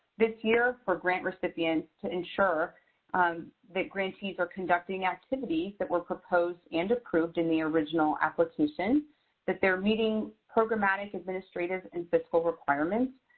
this year for grant recipients to ensure um that grantees are conducting activities that were proposed and approved in the original application that they're meeting programmatic administrative and fiscal requirements,